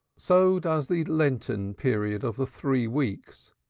so does the lenten period of the three weeks,